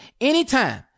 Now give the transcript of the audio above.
anytime